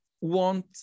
want